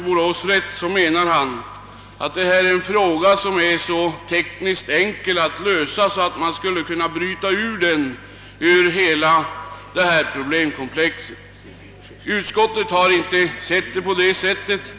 Borås rätt, så menade han att detta är en fråga som är så tekniskt enkel att lösa, att man skulle kunna bryta ut den ur hela detta problemkomplex. Utskottet har inte sett det så.